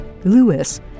Lewis